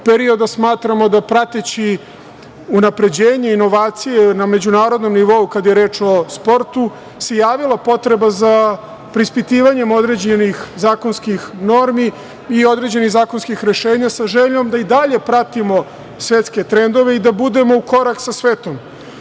perioda smatramo da, prateći unapređenje, inovacije na međunarodnom nivou kada je reč o sportu, se javila potreba za preispitivanjem određenih zakonskih normi i određenih zakonskih rešenja sa željom da i dalje pratimo svetske trendove i da budemo u korak sa